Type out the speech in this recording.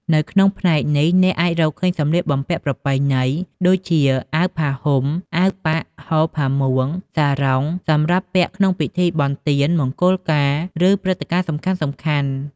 នៅក្នុងផ្នែកនេះ អ្នកអាចរកឃើញសម្លៀកបំពាក់ប្រពៃណី ដូចជា អាវផាហ៊ុម អាវប៉ាក់ ហូល ផាមួង សារុង សម្រាប់ពាក់ក្នុងពិធីបុណ្យទាន មង្គលការ ឬព្រឹត្តិការណ៍សំខាន់ៗ។